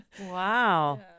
wow